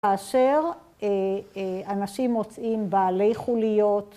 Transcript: כאשר אנשים מוצאים בעלי חוליות